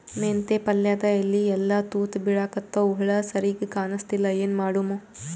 ಮೆಂತೆ ಪಲ್ಯಾದ ಎಲಿ ಎಲ್ಲಾ ತೂತ ಬಿಳಿಕತ್ತಾವ, ಹುಳ ಸರಿಗ ಕಾಣಸ್ತಿಲ್ಲ, ಏನ ಮಾಡಮು?